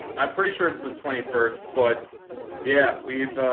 i'm pretty sure it's the twenty first, but yeah, we've